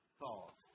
thought